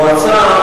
מועצה,